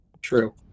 True